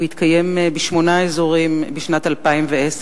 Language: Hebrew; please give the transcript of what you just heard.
הוא התקיים בשמונה אזורים בשנת 2010,